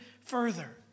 further